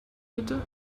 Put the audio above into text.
mitte